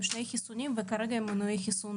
שני חיסונים וכרגע הם ללא מנת דחף,